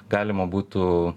galima būtų